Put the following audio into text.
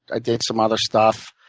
i did some other stuff.